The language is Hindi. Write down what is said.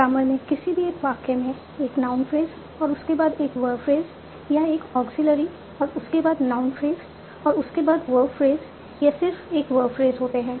ग्रामर में किसी भी एक वाक्य में एक नाउन फ्रेज और उसके बाद एक वर्ब फ्रेज या एक एक्जिलेरी और उसके बाद नाउन फ्रेज और उसके बाद वर्ब फ्रेज या सिर्फ एक वर्ब फ्रेज होते हैं